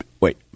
Wait